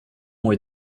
m’ont